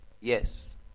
yes